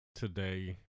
today